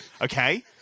Okay